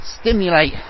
stimulate